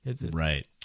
right